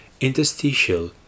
interstitial